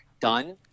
done